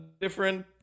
different